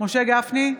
משה גפני,